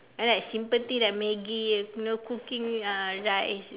then like simple thing like Maggi you know cooking uh rice